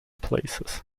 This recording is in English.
places